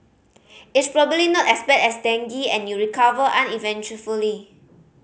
it's probably not as bad as dengue and you recover uneventfully